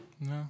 No